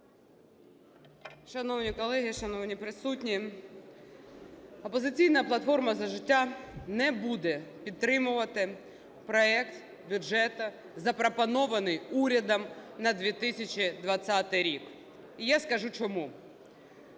Шановні колеги, шановні присутні! "Опозиційна платформа - За життя" не буде підтримувати проект бюджету, запропонований урядом, на 2020 рік і я скажу чому.